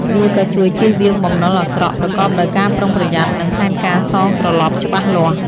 វាក៏ជួយជៀសវាងបំណុលអាក្រក់ ប្រកបដោយការប្រុងប្រយ័ត្ន និងផែនការសងត្រលប់ច្បាស់លាស់។